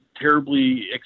terribly